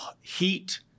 heat